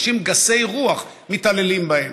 אנשים גסי רוח מתעללים בהם.